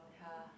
ya